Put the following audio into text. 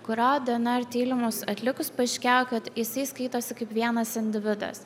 kurio dnr tyrimus atlikus paaiškėjo kad jisai skaitosi kaip vienas individas